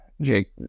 Jake